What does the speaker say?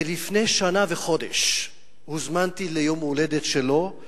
לפני שנה וחודש הוזמנתי ליום ההולדת שלו,